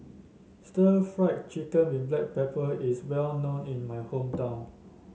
Stir Fried Chicken with Black Pepper is well known in my hometown